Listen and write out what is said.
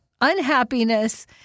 unhappiness